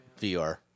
VR